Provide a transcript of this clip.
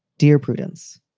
dear prudence,